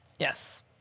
Yes